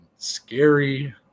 Scary